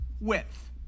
width